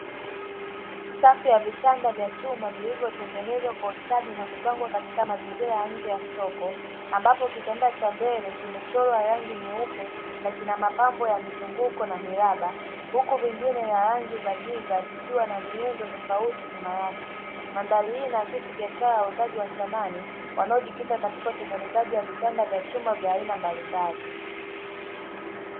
Safu za vitanda vya chuma vilivyotengenezwa kwa ustadi na kupangwa katika mazingira ya nje ya soko, ambapo kitanda cha mbele kimechorwa rangi nyeupe na kina mapambo ya mizunguko ya miraba; huku vingine vyenye rangi za giza vikiwa na miundo tofautitofauti nyuma yake. Mandhari hii inaakisi biashara ya wauzaji wa samani wanaojikita katika utengenezaji wa vitanda vya chuma vya aina mbalimbali.